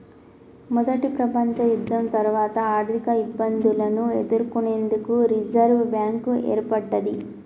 మొదటి ప్రపంచయుద్ధం తర్వాత ఆర్థికఇబ్బందులను ఎదుర్కొనేందుకు రిజర్వ్ బ్యాంక్ ఏర్పడ్డది